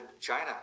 China